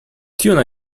tuna